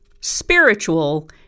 spiritual